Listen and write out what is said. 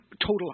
total